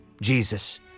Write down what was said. Jesus